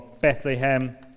Bethlehem